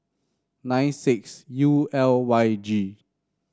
nine six U L Y G